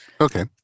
Okay